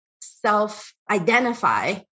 self-identify